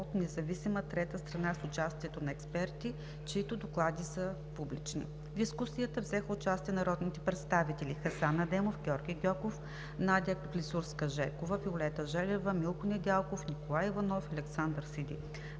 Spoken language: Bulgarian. независима трета страна с участието на експерти, чиито доклади са публични. В дискусията взеха участие народните представители Хасан Адемов, Георги Гьоков, Надя Клисурска-Жекова, Виолета Желева, Милко Недялков, Николай Иванов и Александър Сиди.